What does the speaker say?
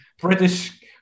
British